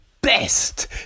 best